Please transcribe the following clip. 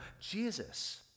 Jesus